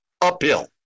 uphill